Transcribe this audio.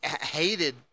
hated